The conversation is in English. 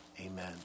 amen